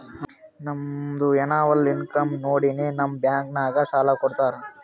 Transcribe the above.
ನಮ್ದು ಎನ್ನವಲ್ ಇನ್ಕಮ್ ನೋಡಿನೇ ನಮುಗ್ ಬ್ಯಾಂಕ್ ನಾಗ್ ಸಾಲ ಕೊಡ್ತಾರ